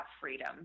freedom